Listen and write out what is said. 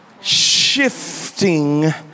Shifting